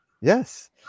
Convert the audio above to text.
Yes